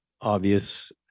obvious